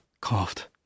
coughed